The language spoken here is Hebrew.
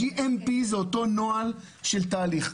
GMP זה אותו נוהל של תהליך.